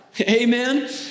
Amen